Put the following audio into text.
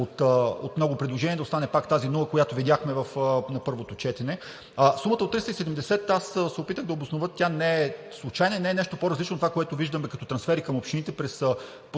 от много предложения да остане пак тази нула, която видяхме на първото четене. Сумата от 370, аз се опитах да обоснова, не е случайна и не е нещо по-различно от това, което виждаме като трансфери към общините през предходните